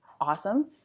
Awesome